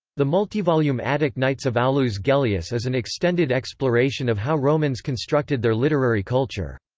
the multivolume attic nights of aulus gellius is an extended exploration of how romans constructed their literary culture.